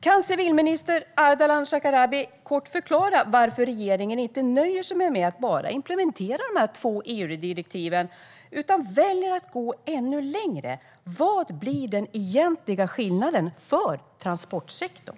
Kan civilminister Ardalan Shekarabi kort förklara varför regeringen inte nöjer sig med att bara implementera de här två EU-direktiven utan väljer att gå ännu längre? Vad blir den egentligen skillnaden för transportsektorn?